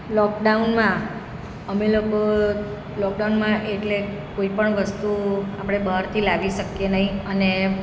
લોકડાઉનમાં અમે લોકો લોકડાઉનમાં એટલે કોઈ પણ વસ્તુ આપણે બહારથી લાવી શકીએ નહિ અને